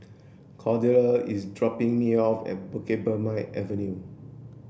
Cordella is dropping me off at Bukit Purmei Avenue